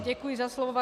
Děkuji za slovo.